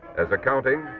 as accounting,